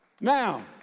Now